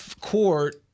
court